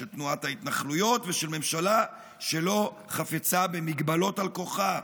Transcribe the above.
של תנועת ההתנחלויות ושל ממשלה שלא חפצה במגבלות על כוחה,